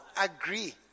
agree